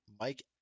Mike